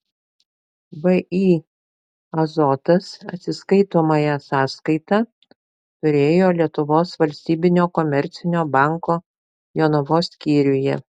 vį azotas atsiskaitomąją sąskaitą turėjo lietuvos valstybinio komercinio banko jonavos skyriuje